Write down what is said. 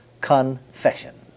confession